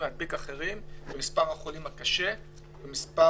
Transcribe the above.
להדביק אחרים ומספר החולים הקשה ומספר,